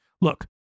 Look